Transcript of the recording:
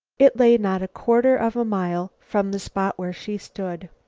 it lay not a quarter of a mile from the spot where she stood.